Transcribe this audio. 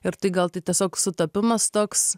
ir tai gal tai tiesiog sutapimas toks